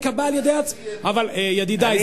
ידידי,